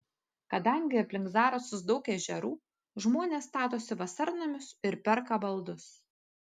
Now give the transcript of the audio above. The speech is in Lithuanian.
kadangi aplink zarasus daug ežerų žmonės statosi vasarnamius ir perka baldus